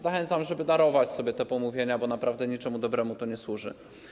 Zachęcam, żeby darować sobie te pomówienia, bo naprawdę niczemu dobremu to nie służy.